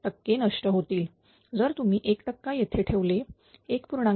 टक्के नष्ट होतील जर तुम्ही 1 टक्का येथे ठेवले 1